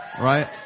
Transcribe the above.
right